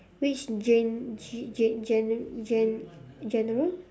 which gen~ gen~ gen~ gen~ general